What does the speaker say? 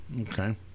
Okay